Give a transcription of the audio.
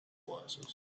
glasses